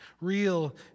real